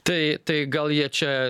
tai tai gal jie čia